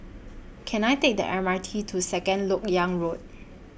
Can I Take The M R T to Second Lok Yang Road